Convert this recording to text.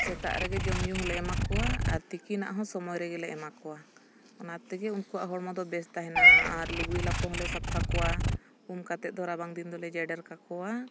ᱥᱮᱛᱟᱜ ᱨᱮᱜᱮ ᱡᱚᱢ ᱧᱩ ᱦᱚᱸᱞᱮ ᱮᱢᱟ ᱠᱚᱣᱟ ᱟᱨ ᱛᱤᱠᱤᱱᱟᱜ ᱦᱚᱸ ᱥᱚᱢᱚᱭ ᱨᱮᱜᱮ ᱞᱮ ᱮᱢᱟ ᱠᱚᱣᱟ ᱚᱱᱟ ᱛᱮᱜᱮ ᱩᱱᱠᱩᱣᱟᱜ ᱦᱚᱲᱢᱚ ᱫᱚ ᱵᱮᱥ ᱛᱟᱦᱮᱱᱟ ᱟᱨ ᱞᱩᱜᱽᱲᱤ ᱞᱟᱯᱚ ᱦᱚᱸᱞᱮ ᱥᱟᱯᱷᱟ ᱠᱚᱣᱟ ᱩᱢ ᱠᱟᱛᱮ ᱫᱚ ᱨᱟᱵᱟᱝ ᱫᱤᱱ ᱫᱚᱞᱮ ᱡᱮᱰᱮᱨ ᱠᱟᱠᱚᱣᱟ